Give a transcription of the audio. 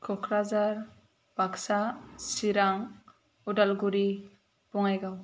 Kokrajhar Baksa Chirang Udalguri Bongaigaon